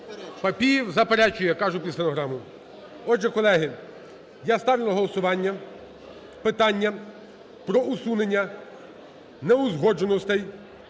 Папієв заперечує, кажу під стенограму. Отже, колег, я ставлю на голосування питання про усунення неузгодженостей